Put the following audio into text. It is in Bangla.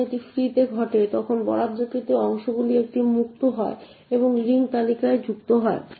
যখন এটি ফ্রি তে ঘটে তখন বরাদ্দকৃত অংশগুলির একটি মুক্ত হয় এবং লিঙ্ক তালিকায় যুক্ত হয়